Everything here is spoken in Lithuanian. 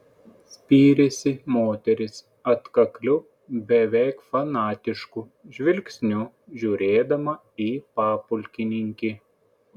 spyrėsi moteris atkakliu beveik fanatišku žvilgsniu žiūrėdama į papulkininkį